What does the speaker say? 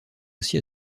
aussi